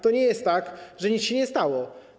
To nie jest tak, że nic się nie stało.